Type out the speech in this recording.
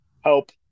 help